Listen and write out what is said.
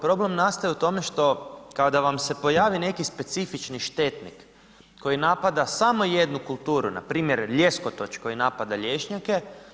Problem nastaje u tome što, kada vam se pojavi neki specifični štetnik koji napada samo jednu kulturu, npr. ljeskotoč koji napada lješnjake.